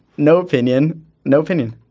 no opinion no opinion.